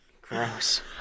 Gross